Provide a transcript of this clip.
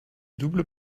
doubles